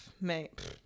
mate